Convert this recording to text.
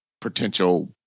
potential